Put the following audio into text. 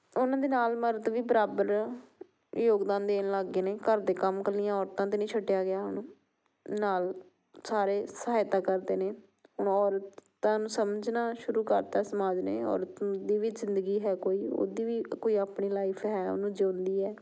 ਉਹਨਾਂ ਦੇ ਨਾਲ ਮਰਦ ਵੀ ਬਰਾਬਰ ਯੋਗਦਾਨ ਦੇਣ ਲੱਗ ਗਏ ਨੇ ਘਰ ਦੇ ਕੰਮ ਇਕੱਲੀਆਂ ਔਰਤਾਂ 'ਤੇ ਨਹੀਂ ਛੱਡਿਆ ਗਿਆ ਹੁਣ ਨਾਲ ਸਾਰੇ ਸਹਾਇਤਾ ਕਰਦੇ ਨੇ ਹੁਣ ਔਰਤਾਂ ਨੂੰ ਸਮਝਣਾ ਸ਼ੁਰੂ ਕਰ ਤਾ ਸਮਾਜ ਨੇ ਔਰਤ ਦੀ ਵੀ ਜ਼ਿੰਦਗੀ ਹੈ ਕੋਈ ਉਹਦੀ ਵੀ ਇੱਕ ਕੋਈ ਆਪਣੀ ਲਾਈਫ ਹੈ ਉਹਨੂੰ ਜਿਉਂਦੀ ਹੈ